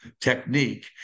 technique